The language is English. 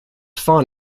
fun